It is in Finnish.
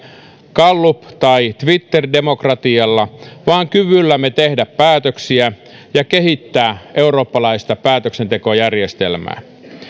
gallup tai twitterdemokratialla vaan kyvyllämme tehdä päätöksiä ja kehittää eurooppalaista päätöksentekojärjestelmää